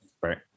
right